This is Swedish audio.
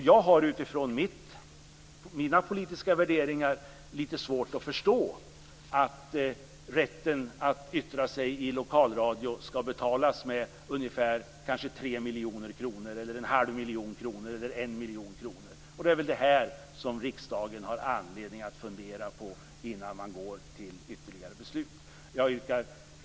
Jag har utifrån mina politiska värderingar lite svårt att förstå att rätten att yttra sig i lokalradio skall betalas med kanske 3 miljoner kronor, en halv miljon kronor eller 1 miljon kronor. Det är detta som riksdagen har anledning att fundera på innan man går till ytterligare beslut. Fru talman!